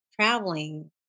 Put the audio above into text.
traveling